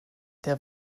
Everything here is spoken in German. der